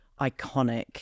iconic